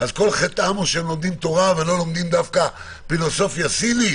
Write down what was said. אז כל חטאם הוא שהם לומדים תורה ולא לומדים דווקא פילוסופיה סינית?